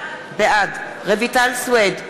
בעד רויטל סויד,